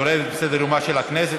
והיא יורדת מסדר-יומה של הכנסת.